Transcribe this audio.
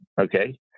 okay